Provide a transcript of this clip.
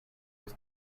was